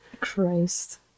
christ